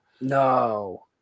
No